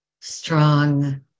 strong